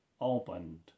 opened